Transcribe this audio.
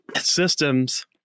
systems